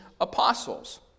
apostles